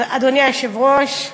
אדוני היושב-ראש,